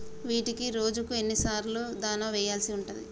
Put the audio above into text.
వీటికి రోజుకు ఎన్ని సార్లు దాణా వెయ్యాల్సి ఉంటది?